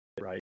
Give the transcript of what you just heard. right